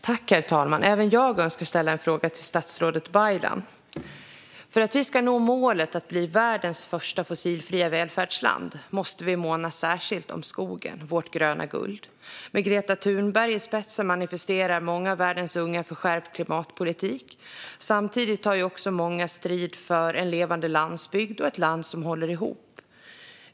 Herr talman! Även jag önskar ställa en fråga till statsrådet Baylan. För att vi ska nå målet att bli världens första fossilfria välfärdsland måste vi värna särskilt om skogen, vårt gröna guld. Med Greta Thunberg i spetsen demonstrerar många av världens unga för skärpt klimatpolitik. Samtidigt tar många också strid för en levande landsbygd och ett land som håller ihop.